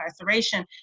incarceration